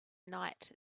night